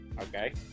Okay